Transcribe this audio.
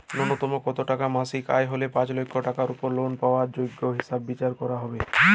ন্যুনতম কত টাকা মাসিক আয় হলে পাঁচ লক্ষ টাকার উপর লোন পাওয়ার যোগ্য হিসেবে বিচার করা হবে?